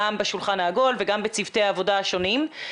גם בשולחן העגול וגם בצוותי העבודה השונים.